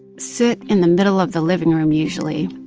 sit in the middle of the living room usually